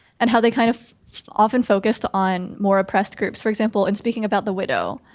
and how they kind of often focused on more oppressed groups, for example, in speaking about the widow,